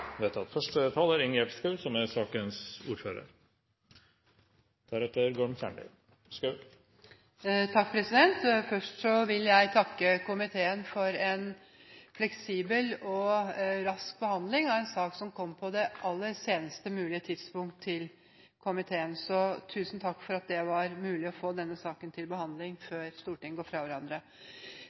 vedtatt. Først vil jeg takke komiteen for en fleksibel og rask behandling av en sak som kom på det aller senest mulige tidspunkt til komiteen. Så tusen takk for at det var mulig å få denne saken til behandling før Stortinget går fra hverandre.